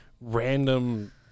random